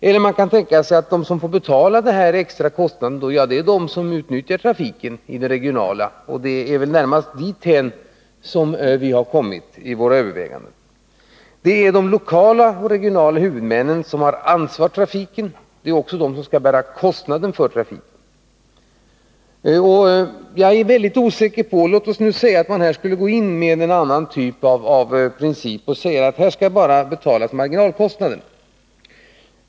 Vidare kan man tänka sig att de som skall betala de här extra kostnaderna är de som utnyttjar trafiken regionalt, och det är väl närmast dithän som vi har kommit vid våra överväganden. Det är de lokala och regionala huvudmännen som har ansvaret för trafiken, och det är också de som skall bära kostnaden för trafiken. Men låt oss säga att man skulle gå in med en annan typ av princip och säga att här skall bara betalas för marginalkostnaden.